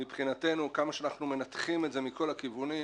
מבחינתנו, כמה שאנחנו מנתחים את זה מכל הכיוונים,